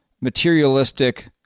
materialistic